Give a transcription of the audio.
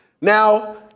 Now